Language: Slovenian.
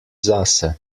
zase